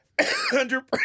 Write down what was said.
hundred